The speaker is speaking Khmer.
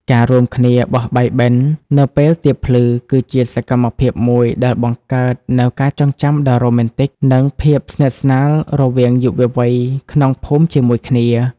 ការរួមគ្នា "បោះបាយបិណ្ឌ" នៅពេលទៀបភ្លឺ គឺជាសកម្មភាពមួយដែលបង្កើតនូវការចងចាំដ៏រ៉ូមែនទិក និងភាពស្និទ្ធស្នាលរវាងយុវវ័យក្នុងភូមិជាមួយគ្នា។